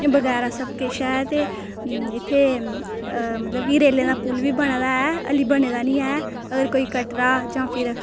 इं'या बगैरा सबकिश ते ऐ इत्थें मतलब की रेलै दा पुल बी बने दा ऐ पर बने दा निं ऐ अगर कोई कटरा जां फिर